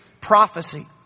Prophecy